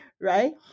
right